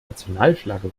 nationalflagge